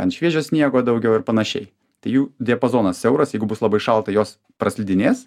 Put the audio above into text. ant šviežio sniego daugiau ir panašiai tai jų diapazonas siauras jeigu bus labai šalta jos praslidinės